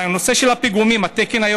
את מה?